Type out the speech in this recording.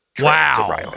wow